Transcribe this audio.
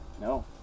No